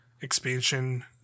expansion